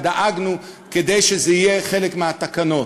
ודאגנו שזה יהיה חלק מהתקנות,